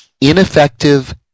ineffective